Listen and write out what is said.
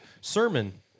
Sermon